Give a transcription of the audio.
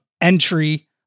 entry